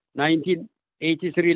1983